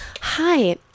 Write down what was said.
hi